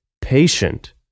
patient